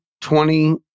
twenty